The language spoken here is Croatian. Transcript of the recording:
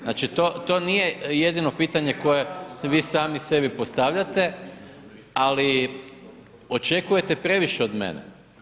Znači, to nije jedino pitanje koje vi sami sebi postavljate, ali očekujete previše od mene.